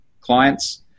clients